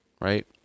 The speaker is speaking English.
right